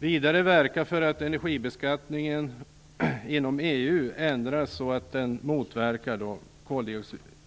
Vidare borde den verka för att energibeskattningen inom EU ändras så att den motverkar